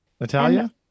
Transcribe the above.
Natalia